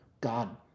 God